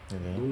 okay